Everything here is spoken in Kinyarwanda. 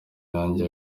yanjye